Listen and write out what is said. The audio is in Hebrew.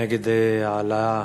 כנגד ההעלאה